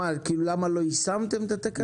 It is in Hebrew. הם עתרו למה לא יישמתם את התקנות?